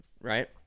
Right